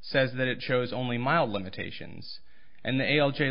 says that it shows only mild limitations and the